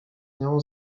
nią